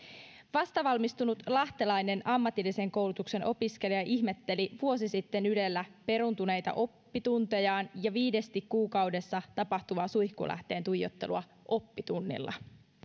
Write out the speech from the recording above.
vastavalmistunut lahtelainen ammatillisen koulutuksen opiskelija ihmetteli vuosi sitten ylellä peruuntuneita oppituntejaan ja viidesti kuukaudessa tapahtuvaa suihkulähteen tuijottelua oppitunnilla